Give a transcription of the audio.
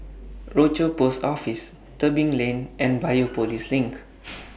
Rochor Post Office Tebing Lane and Biopolis LINK